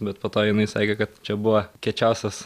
bet po to jinai sakė kad čia buvo kiečiausias